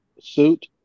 suit